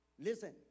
Listen